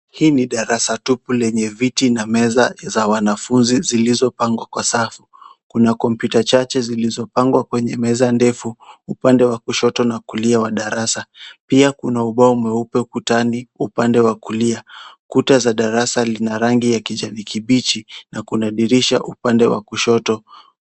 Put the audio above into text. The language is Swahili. Hii ni darasa tupu lenye viti na meza za wanafunzi zilizopangwa kwa safu. Kuna kompyuta chache zilizopangwa kwenye meza ndefu upande wa kushoto na kulia wa darasa. Pia kuna ubao mweupe kutani upande wa kulia. Kuta za darasa lina rangi ya kijani kibichi na kuna dirisha upande wa kushoto.